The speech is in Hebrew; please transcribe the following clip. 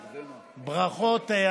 ברכות.